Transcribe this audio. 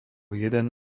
jeden